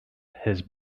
his